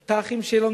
את האחים שלנו,